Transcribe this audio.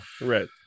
Right